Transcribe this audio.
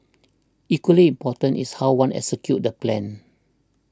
equally important is how one executes the plan